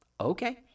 Okay